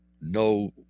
No